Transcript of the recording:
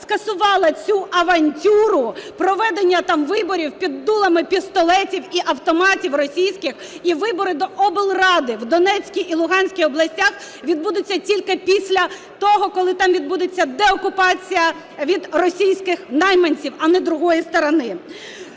скасувала цю авантюру, проведення там виборів під дулами пістолетів і автоматів російських, і вибори до облради в Донецькій і Луганській областях відбудуться тільки після того, коли там відбудеться деокупація від російських найманців, а не другої сторони.